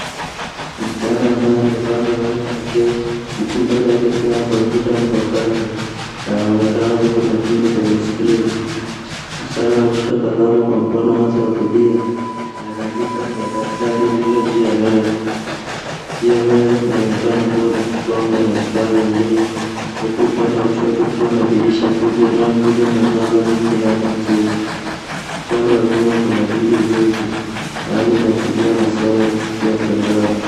Msichana ambaye amevaa miwani ameketi huku mbele yake akiwa na kompyuta mpakato na anaonekana yuko makini kwenye skrini. Msichana ameshika kalamu kwa mkono wake wa kulia na anaandika kwenye daftari lililo juu ya meza. Juu ya meza kunaonekana kuwa na kikombe na vifaa vingine, huku upande wa kushoto kukiwa na dirisha kubwa inayoingiza mwangaza mwingi ndani ya chumba. Upande wa nyuma kuna vitu vingi. Hali inaashiria masomo kupitia mtandao.